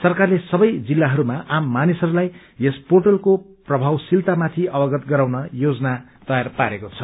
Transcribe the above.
सरकारले सबै जिल्लाहरूमा आम मानिसहरूलाई यस पोर्टलको प्रभावशीलतामाथि अवगत गराउन योजना तयार पारेको छ